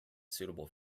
suitable